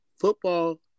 football